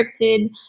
cryptid